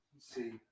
see